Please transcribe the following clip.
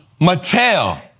Mattel